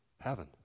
heaven